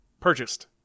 Purchased